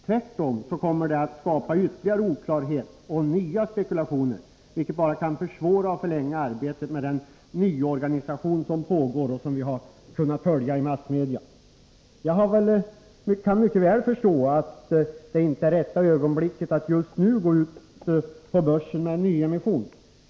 Tvärtom kommer det att skapa ytterligare oklarhet och nya spekulationer, vilket bara kan försvåra och förlänga arbetet med den nyorganisation som pågår och som vi har kunnat följa i massmedia. Jag kan mycket väl förstå om det just nu inte är rätta ögonblicket att gå ut på börsen med en nyemission.